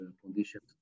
conditions